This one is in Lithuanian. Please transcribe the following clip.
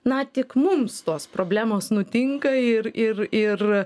na tik mums tos problemos nutinka ir ir ir